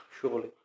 Surely